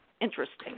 interesting